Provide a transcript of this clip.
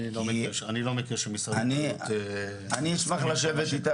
אני אשמח לשבת איתך.